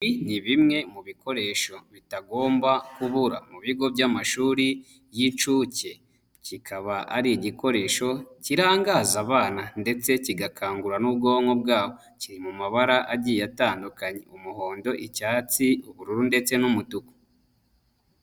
Ibi ni bimwe mu bikoresho bitagomba kubura mu bigo by'amashuri y'incuke, kikaba ari igikoresho kirangaza abana ndetse kigakangura n'ubwonko bwabo, kiri mu mabara agiye atandukanye umuhondo, icyatsi, ubururu ndetse n'umutuku.